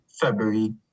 February